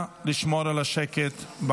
שנייה אחת, אני רק עושה שקט.